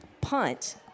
punt